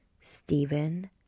Stephen